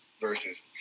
versus